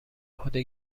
عهده